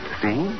see